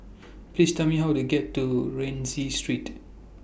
Please Tell Me How to get to Rienzi Street